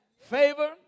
Favor